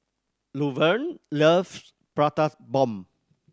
Luverne love Prata Bomb